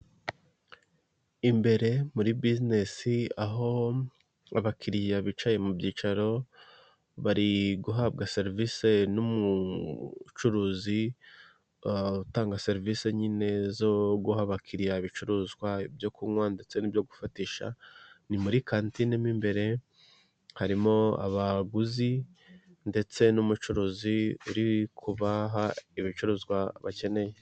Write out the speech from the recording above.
Imbere muri bizinesi aho abakiriya bicaye mu byicaro, bari guhabwa serivisi n'umucuruzi batanga serivisi, nyine zo guha abakiriya ibicuruzwa ibyo kunywa ndetse n'ibyo gufatisha, ni muri kantine mo imbere harimo abaguzi ndetse n'umucuruzi uri kubaha ibicuruzwa bakeneye.